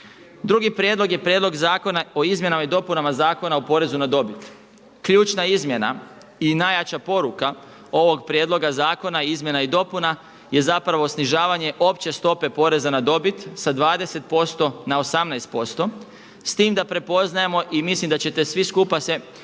Drugi prijedlog je prijedlog Zakona o izmjenama i dopunama Zakona o porezu na dobit. Ključna izmjena i najjača poruka ovog prijedloga zakona izmjena i dopuna je zapravo snižavanje opće stope poreza na dobit sa 20% na 18% s tim da prepoznajemo i mislim da ćete svi skupa se